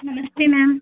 नमस्ते मैम